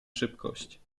szybkość